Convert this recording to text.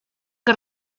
que